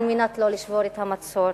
על מנת לא לשבור את המצור.